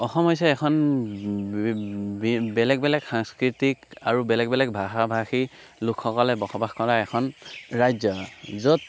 অসম হৈছে এখন বেলেগ বেলেগ সাংস্কৃতিক আৰু বেলেগ বেলেগ ভাষা ভাষী লোকসকলে বসবাস কৰা এখন ৰাজ্য য'ত